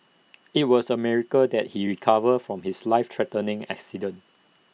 IT was A miracle that he recovered from his life threatening accident